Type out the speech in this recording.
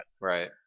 Right